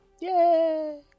Yay